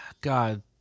God